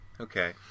Okay